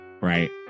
right